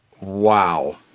wow